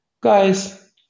Guys